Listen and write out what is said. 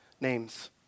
names